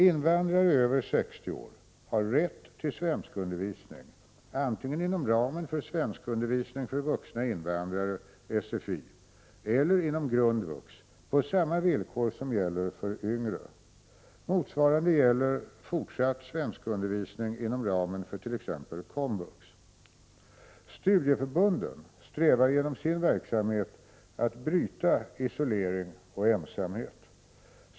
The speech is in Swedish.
Invandrare över 60 år har rätt till svenskundervisning antingen inom ramen för svenskundervisning för vuxna invandrare eller inom grundvux på samma villkor som gäller för yngre. Motsvarande gäller fortsatt svenskundervisning inom ramen för t.ex. komvux. Studieförbunden strävar genom sin verksamhet efter att bryta isolering och ensamhet.